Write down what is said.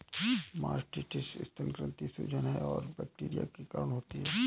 mastitis स्तन ग्रंथि की सूजन है और बैक्टीरिया के कारण होती है